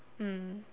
mm